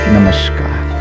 Namaskar